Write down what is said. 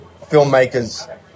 filmmakers